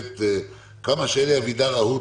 וכמה שאלי אבידר רהוט,